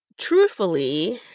Truthfully